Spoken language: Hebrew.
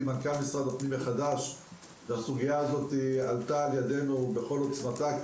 עם מנכ"ל משרד הפנים החדש והסוגיה הזאת הועלתה על ידינו בכל עוצמתה,